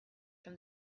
from